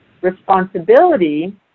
Responsibility